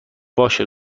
باشه